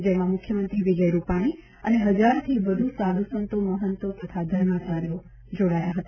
જેમાં મુખ્યમંત્રી વિજય રુપાણી અને હજારથી વધુ સાધુ સંતો મહંતો તથા ધર્માચાર્ય જોડાયા હતા